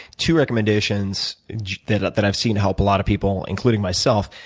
two recommendations that that i've seen help a lot of people, including myself,